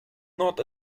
not